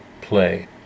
play